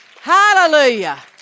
Hallelujah